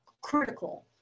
critical